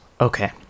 Okay